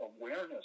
awareness